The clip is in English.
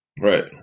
Right